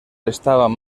estaban